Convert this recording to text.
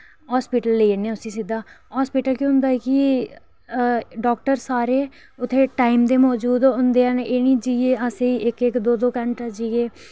hospital लेई जन्ने आं सिद्धा हॉस्पिटल केह् होंदा कि डॉक्टर सारे मौजूद होंदे न एह् निं ऐ कि असें उत्थै जाइयै इक्क इक्क दौं दौं घैंटा